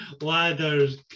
Ladders